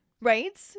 Right